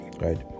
right